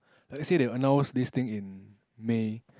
like they say they'll announce this thing in May